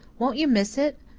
won't you miss it?